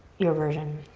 your version.